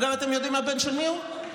אגב, אתם יודעים הבן של מי הוא?